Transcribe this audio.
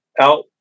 out